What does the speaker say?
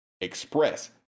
Express